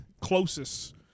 closest